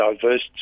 diverse